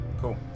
Cool